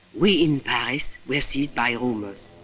we in paris were seized by rumors.